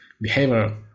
behavior